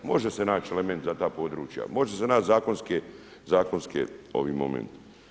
Može se naći element za ta područja, može se naći zakonski ovaj moment.